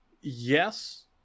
Yes